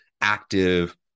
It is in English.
active